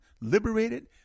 liberated